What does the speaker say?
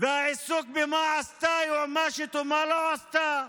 העיסוק במה עשתה היועמ"שית ומה היא לא עשתה,